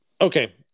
okay